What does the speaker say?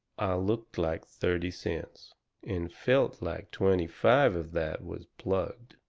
looked like thirty cents and felt like twenty-five of that was plugged.